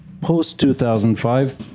post-2005